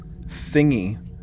thingy